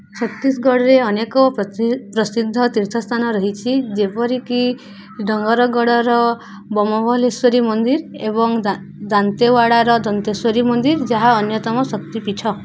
ଛତିଶଗଡ଼ରେ ଅନେକ ପ୍ରତି ପ୍ରସିଦ୍ଧ ତୀର୍ଥସ୍ଥାନ ରହିଛି ଯେପରିକି ଡୋଙ୍ଗରଗଡ଼ର ବମବଲେଶ୍ୱରୀ ମନ୍ଦିର ଏବଂ ଦାନ୍ତେୱାଡ଼ାର ଦନ୍ତେଶ୍ୱରୀ ମନ୍ଦିର ଯାହା ଅନ୍ୟତମ ଶକ୍ତି ପୀଠ